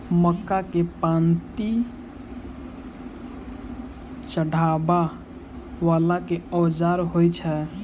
मक्का केँ पांति चढ़ाबा वला केँ औजार होइ छैय?